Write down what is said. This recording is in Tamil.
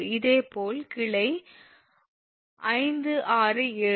இதேபோல் கிளை 5 6 7